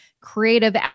creative